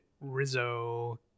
rizzo